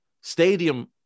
Stadium